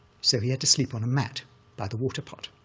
so he had to sleep on a mat by the water pot,